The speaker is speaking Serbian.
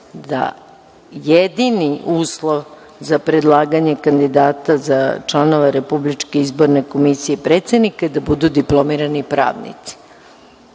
je jedini uslov za predlaganje kandidata za članove Republičke izborne komisije i predsednika da budu diplomirani pravnici.